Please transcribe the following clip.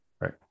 right